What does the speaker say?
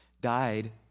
died